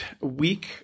week